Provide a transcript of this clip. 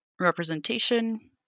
representation